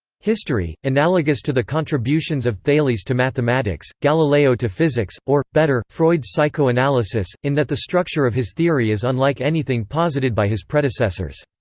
history, analogous to the contributions of thales to mathematics, galileo to physics, or, better, freud's psychoanalysis, in that the structure of his theory is unlike anything posited by his predecessors.